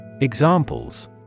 Examples